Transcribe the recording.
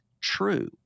true